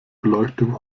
beleuchtung